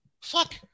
Fuck